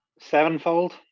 sevenfold